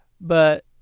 But-